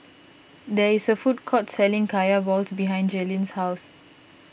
there is a food court selling Kaya Balls behind Jaelyn's house